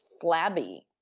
flabby